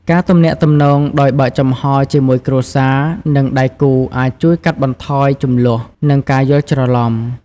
ការទំនាក់ទំនងដោយបើកចំហជាមួយគ្រួសារ និងដៃគូអាចជួយកាត់បន្ថយជម្លោះ និងការយល់ច្រឡំ។